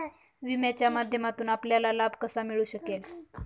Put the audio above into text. विम्याच्या माध्यमातून आपल्याला लाभ कसा मिळू शकेल?